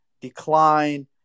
decline